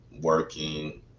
working